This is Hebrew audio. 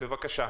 בבקשה.